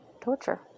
torture